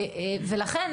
לכן,